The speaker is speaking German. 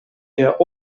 der